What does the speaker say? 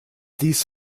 dies